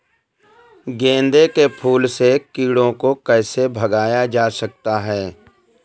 गेंदे के फूल से कीड़ों को कैसे भगाया जा सकता है?